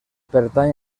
pertany